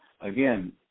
again